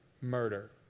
murder